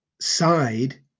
side